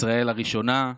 ישראל הראשונה,